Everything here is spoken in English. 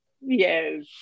Yes